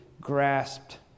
grasped